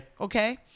Okay